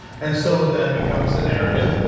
and so that becomes the narrative.